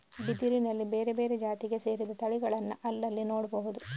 ಬಿದಿರಿನಲ್ಲಿ ಬೇರೆ ಬೇರೆ ಜಾತಿಗೆ ಸೇರಿದ ತಳಿಗಳನ್ನ ಅಲ್ಲಲ್ಲಿ ನೋಡ್ಬಹುದು